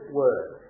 word